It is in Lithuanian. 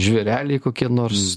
žvėreliai kokie nors